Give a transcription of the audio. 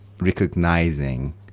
recognizing